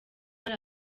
hari